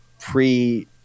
pre